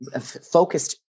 focused